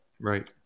Right